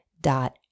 dot